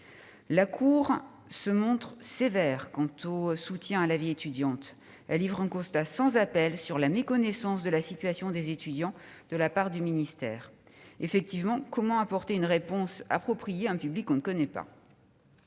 comptes se montre sévère quant au soutien à la vie étudiante. Elle livre un constat sans appel sur la méconnaissance de la situation des étudiants de la part du ministère. Effectivement, comment apporter une réponse appropriée à un public que l'on ne connaît pas ?